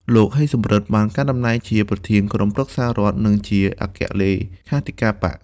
លោក ហេង សំរិន បានកាន់តំណែងជាប្រធានក្រុមប្រឹក្សារដ្ឋ និងជាអគ្គលេខាធិការបក្ស។